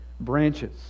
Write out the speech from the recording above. branches